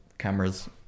cameras